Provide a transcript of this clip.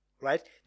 Right